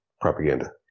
propaganda